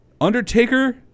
Undertaker